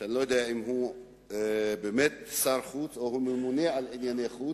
שאני לא יודע אם הוא באמת שר חוץ או הוא ממונה על ענייני חוץ,